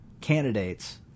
candidates